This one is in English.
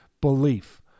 belief